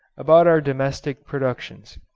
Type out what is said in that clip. about our domestic productions.